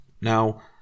Now